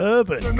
Urban